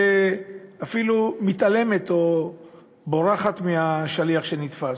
ואפילו מתעלמת או בורחת מהשליח שנתפס.